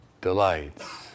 Delights